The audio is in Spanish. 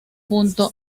junto